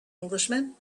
englishman